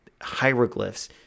hieroglyphs